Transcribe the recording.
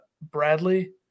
Bradley